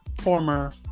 former